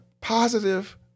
positive